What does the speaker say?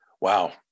Wow